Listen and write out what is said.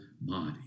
body